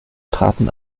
traten